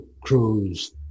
cruise